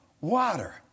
water